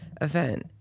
event